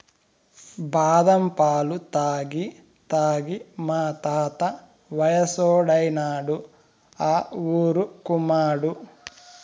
బాదం పాలు తాగి తాగి మా తాత వయసోడైనాడు ఆ ఊరుకుమాడు